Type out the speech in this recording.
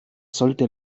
sollte